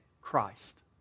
Christ